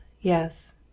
yes